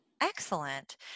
Excellent